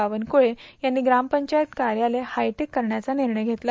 बावनक्ळे यांनी ग्रामपंचायत कार्यालय हायटेक करण्याचा निर्णय घेतला